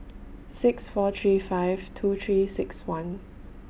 six four three five two three six one